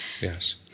Yes